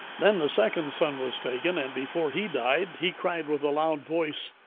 then the second son was taken, and before he died he cried with a loud voice,